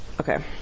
Okay